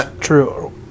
true